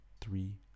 three